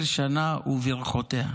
"תָּחֵל שָׁנָה וּבִרְכוֹתֶיהָ".